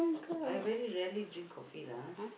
I very rarely drink coffee lah